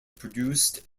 produced